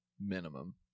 Minimum